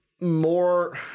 more